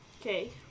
Okay